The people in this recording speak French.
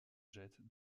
jettent